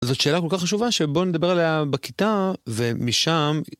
אז זאת שאלה כל כך חשובה שבוא נדבר עליה בכיתה ומשם.